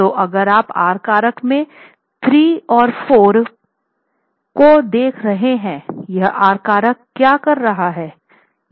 तो अगर आप आर कारक के 3 या 4 को देख रहे हैं यह आर कारक क्या कर रहा है